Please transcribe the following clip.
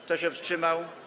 Kto się wtrzymał?